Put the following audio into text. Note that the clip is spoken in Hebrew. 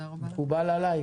מקובל עליך?